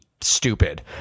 stupid